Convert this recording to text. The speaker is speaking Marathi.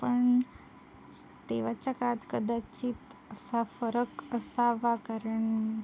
पण तेव्हाच्या काळात कदाचित असा फरक असावा कारण